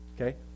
okay